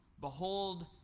Behold